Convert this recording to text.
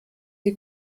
sie